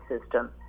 system